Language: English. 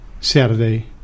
saturday